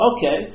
Okay